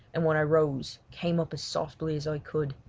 and when i rose came up as softly as i could,